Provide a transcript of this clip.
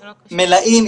מלאים,